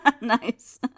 Nice